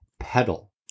pedal